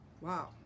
Wow